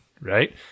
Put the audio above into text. right